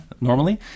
normally